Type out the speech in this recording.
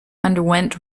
underwent